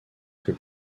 que